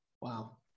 Wow